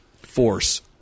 force